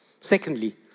Secondly